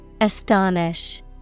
Astonish